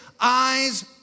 Eyes